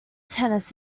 tennis